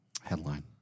Headline